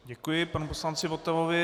Děkuji panu poslanci Votavovi.